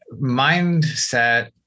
mindset